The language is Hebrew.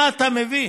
מה אתה מביא.